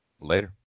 Later